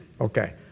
Okay